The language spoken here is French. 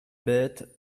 bêtes